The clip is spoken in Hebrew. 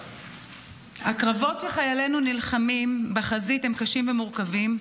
הקרבות שחיילינו נלחמים בחזית הם קשים ומורכבים,